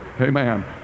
amen